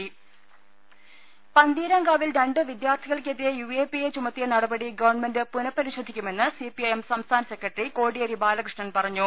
ൃ പന്തീരാങ്കാവിൽ രണ്ട് വിദ്യാർത്ഥികൾക്കെതിരെ യു എ പി എ ചുമത്തിയ നടപടി ഗവൺമെന്റ് പുനഃപരിശോധിക്കുമെന്ന് സിപിഐഎം സംസ്ഥാന സെക്രട്ടറി കോടിയേരി ബാലകൃ ഷ്ണൻ പറഞ്ഞു